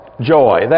joy